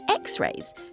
X-rays